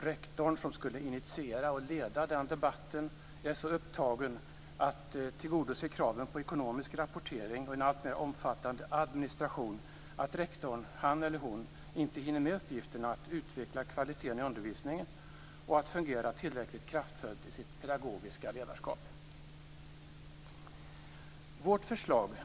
Rektorn som skall initiera och leda den pedagogiska debatten är så upptagen med att tillgodose kraven på ekonomisk rapportering och en alltmer omfattande administration, att han eller hon inte hinner med uppgiften att utveckla kvaliteten i undervisningen och fungera tillräckligt kraftfullt i det pedagogiska ledarskapet.